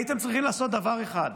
הייתם צריכים לעשות דבר אחד,